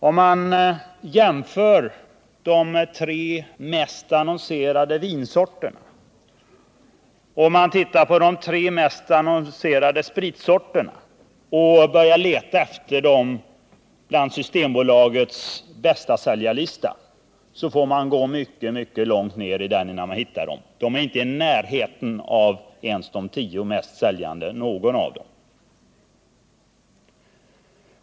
Om man ser på de tre mest annonserade vinsorterna och de tre mest annonserade spritsorterna och börjar leta efter dem i Systembolagets bästsäljarlista så får man gå mycket långt ned i den innan man hittar dem. De är inte ens i närheten av de tio mest säljande — inte någon av dem.